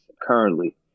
currently